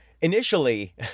initially